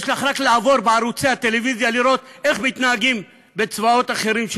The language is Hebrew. יש לך רק לעבור בערוצי הטלוויזיה לראות איך מתנהגים בצבאות אחרים,